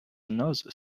another